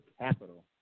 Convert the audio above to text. capital